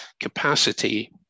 capacity